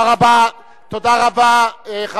בגלל שידעתם, חברי כנסת בוגדניים, תודה רבה.